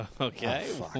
Okay